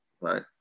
right